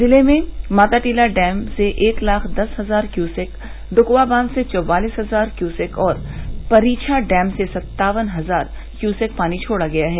जिले में माताटीला डैम से एक लाख दस हजार क्यूसेक डुकवा बांध से चौवालिस हजार क्यूसेक और पारीछा डैम से सत्तावन हजार क्यूसेक पानी छोड़ा गया है